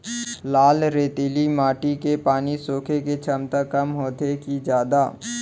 लाल रेतीली माटी के पानी सोखे के क्षमता कम होथे की जादा?